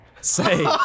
say